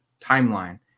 timeline